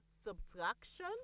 subtraction